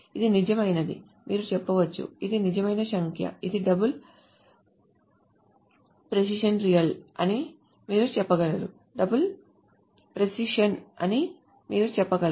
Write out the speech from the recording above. ఇది నిజమైనదని మీరు చెప్పవచ్చు ఇది నిజమైన సంఖ్య ఇది డబుల్ ప్రెసిషన్ రియల్ అని మీరు చెప్పగలరు ఇది డబుల్ ప్రెసిషన్ అని మీరు చెప్పగలరు